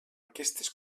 aquestes